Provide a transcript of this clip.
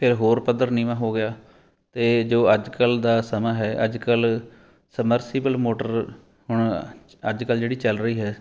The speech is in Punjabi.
ਫਿਰ ਹੋਰ ਪੱਧਰ ਨੀਵਾਂ ਹੋ ਗਿਆ ਅਤੇ ਜੋ ਅੱਜ ਕੱਲ੍ਹ ਦਾ ਸਮਾਂ ਹੈ ਅੱਜ ਕੱਲ੍ਹ ਸਮਰਸੀਬਲ ਮੋਟਰ ਹੁਣ ਅੱਜ ਕਲ੍ਹ ਜਿਹੜੀ ਚੱਲ ਰਹੀ ਹੈ